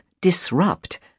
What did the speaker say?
Disrupt